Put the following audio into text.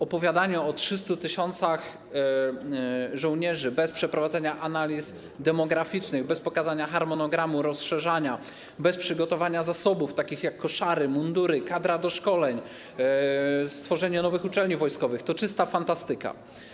Opowiadanie o 300 tys. żołnierzy bez przeprowadzenia analiz demograficznych, bez pokazania harmonogramu rozszerzania, bez przygotowania zasobów, takich jak koszary, mundury, kadra do szkoleń, stworzenie nowych uczelni wojskowych, to czysta fantastyka.